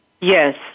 Yes